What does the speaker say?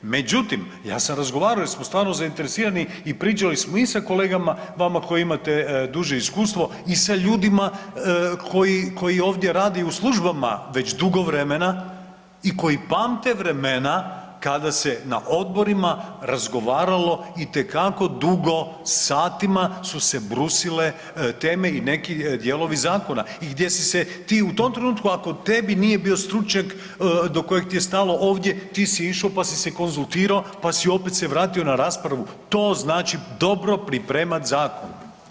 Međutim, ja sam razgovarao jer smo stvarno zainteresirani i pričali smo i sa kolegama, vama koji imate duže iskustvo i sa ljudima koji ovdje rade i u službama već dugo vremena i koji pamte vremena kada se na odborima razgovaralo itekako dugo satima su se brusile teme i neki dijelovi zakona i gdje si se u tom trenutku, ako tebi nije bio stručnjak do kojeg ti je stalo ovdje, ti si išao pa si se konzultirao, pa si opet se vratio na raspravu, to znači dobro pripremati zakon.